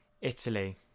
Italy